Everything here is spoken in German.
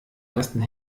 ersten